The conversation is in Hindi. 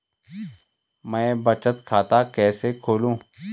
मैं बचत खाता कैसे खोलूँ?